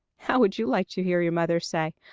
how would you like to hear your mother say